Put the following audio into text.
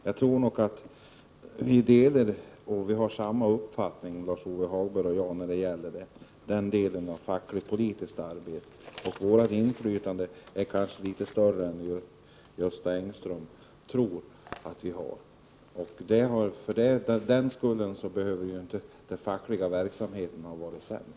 Jag tror att han och jag har samma uppfattning när det gäller den här delen av fackligt-politiskt arbete. Och vårt inflytande är kanske litet större än Göran Engström tror att det är. För den skull behöver inte den fackliga verksamheten ha varit sämre.